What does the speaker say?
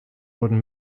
wurden